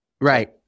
Right